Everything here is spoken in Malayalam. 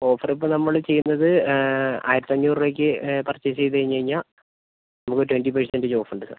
ഓഫറിപ്പോൾ നമ്മൾ ചെയ്യുന്നത് ആയിരത്തഞ്ഞൂറ് രൂപക്ക് പർച്ചേസ് ചെയ്ത് കഴിഞ്ഞാൽ നമുക്ക് ട്വന്റി പെർസെന്റജ് ഓഫുണ്ട് സാർ